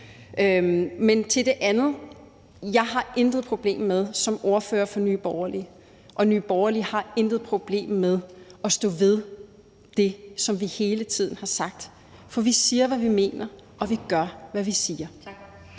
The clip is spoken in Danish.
Men til det andet vil jeg sige: Jeg har som ordfører for Nye Borgerlige intet problem med, og Nye Borgerlige har intet problem med at stå ved det, som vi hele tiden har sagt, for vi siger, hvad vi mener, og vi gør, hvad vi siger.